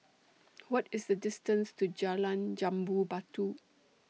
What IS The distance to Jalan Jambu Batu